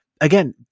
again